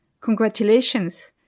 Congratulations